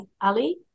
Ali